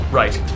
right